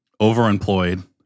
Overemployed